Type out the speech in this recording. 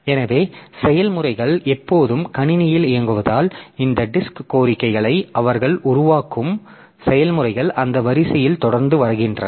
எனவே செயல்முறைகள் எப்போதும் கணினியில் இயங்குவதால் இந்த டிஸ்க் கோரிக்கைகளை அவர்கள் உருவாக்கும் செயல்முறைகள் அந்த வரிசையில் தொடர்ந்து வருகின்றன